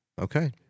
Okay